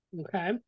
Okay